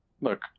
look